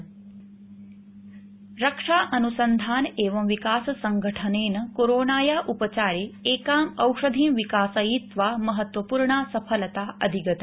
DRDO रक्षा अनुसंधान एवं विकास संघठनेन कोरोनायाः उपचारे एकाम् औषधिम् विकासयित्वा महत्वपूर्णा सफलता अधिगता